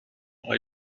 are